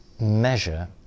measure